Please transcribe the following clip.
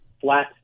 flat